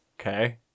okay